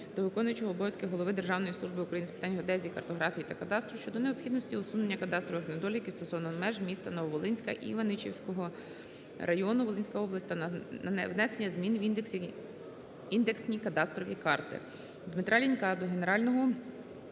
Дмитра Лінька до Генерального